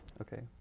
okay